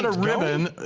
and ribbon.